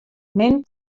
min